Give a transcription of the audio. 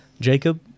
jacob